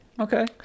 okay